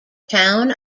town